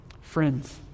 Friends